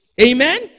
Amen